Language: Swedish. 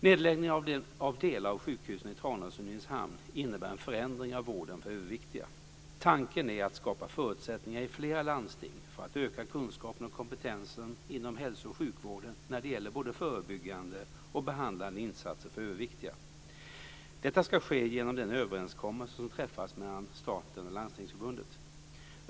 Nynäshamn innebär en förändring av vården för överviktiga. Tanken är att skapa förutsättningar i flera landsting för att öka kunskapen och kompetensen inom hälso och sjukvården när det gäller både förebyggande och behandlande insatser för överviktiga. Detta ska ske genom den överenskommelse som träffats mellan staten och Landstingsförbundet.